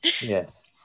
Yes